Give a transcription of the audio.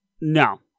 No